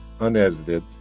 unedited